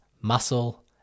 muscle